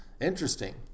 interesting